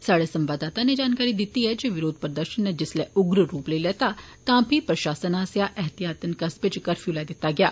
स्हाड़े संवाददाता नै जानकारी दित्ती ऐ जे विरोध प्रदर्शन नै जिसलै उग्र रूप लेई लैता तां फ्ही प्रशासन आस्सेआ ऐहतियातन कस्बे इच कर्फ्यू लाई दित्ता गेआ